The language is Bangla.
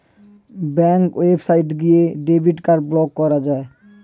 ব্যাঙ্কের ওয়েবসাইটে গিয়ে ডেবিট কার্ড ব্লক করা যায়